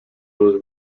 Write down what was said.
was